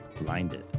blinded